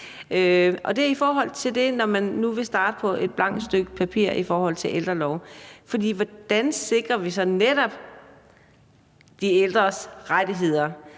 områder – om det med, at man nu vil starte på et blankt stykke papir i forhold til en ældrelov. For hvordan sikrer vi så netop de ældres rettigheder?